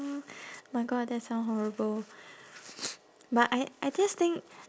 mm my god that sounds horrible but I I just think